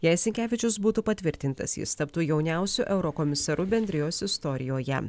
jei sinkevičius būtų patvirtintas jis taptų jauniausiu eurokomisaru bendrijos istorijoje